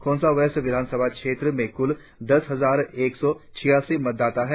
Khonsa West विधानसभा क्षेत्र में कुल दस हजार एक सौ छियासी मतदाता है